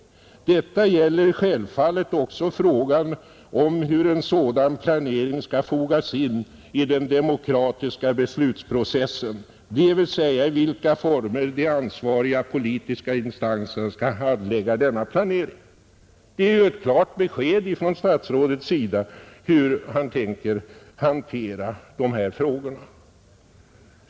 Detta gäller självfallet också frågan om hur en sådan planering skall fogas in i den demokratiska beslutsprocessen, dvs. i vilka tormer de ansvariga politiska instanserna skall handlägga denna planering.” Det är ju ett klart besked från statsrådet om hur han tänker hantera de här frågorna.